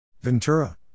Ventura